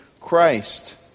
Christ